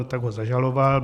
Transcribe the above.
No tak ho zažaloval.